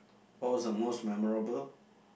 what was the most memorable